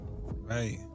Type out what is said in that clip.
Right